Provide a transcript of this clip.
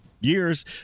years